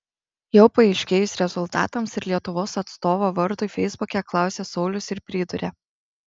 jau paaiškėjus rezultatams ir lietuvos atstovo vardui feisbuke klausė saulius ir pridūrė